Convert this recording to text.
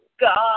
God